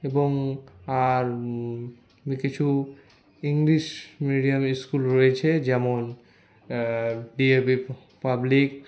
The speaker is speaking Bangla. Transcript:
এবং আর কিছু ইংলিশ মিডিয়াম স্কুল রয়েছে যেমন ডিএভি পাবলিক